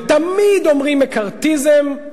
ותמיד אומרים: מקארתיזם,